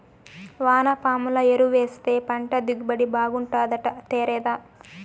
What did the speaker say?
వానపాముల ఎరువేస్తే పంట దిగుబడి బాగుంటాదట తేరాదా